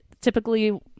typically